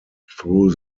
through